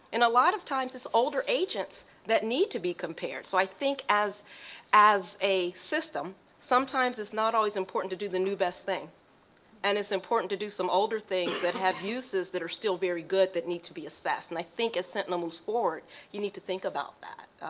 and a lot of times it's older agents that need to be compared so i think as as a system sometimes it's not always important to do the new best thing and it's important to do some older things that have uses that are still very good that need to be assessed and i think as sentinel moves forward you need to think about that.